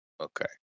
Okay